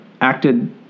Acted